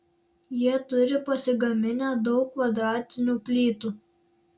jie turi pasigaminę daug kvadratinių plytų